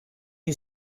you